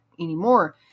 anymore